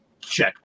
check